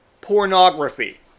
pornography